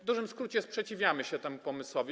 W dużym skrócie: sprzeciwiamy się temu pomysłowi.